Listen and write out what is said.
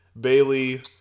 Bailey